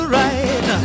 right